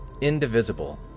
Indivisible